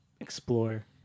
explore